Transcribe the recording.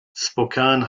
spokane